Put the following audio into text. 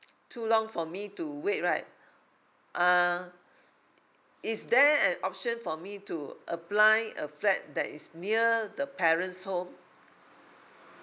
too long for me to wait right uh is there an option for me to apply a flat that is near the parent's home